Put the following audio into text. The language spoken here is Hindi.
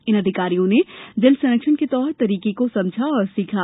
इन अधिकारीयों ने जल संरक्षण के तौर तरीके को समझा और सीखा